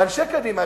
אנשי קדימה,